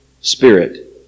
spirit